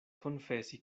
konfesi